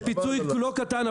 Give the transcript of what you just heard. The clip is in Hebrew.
זה פיצוי לא קטן,